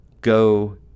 go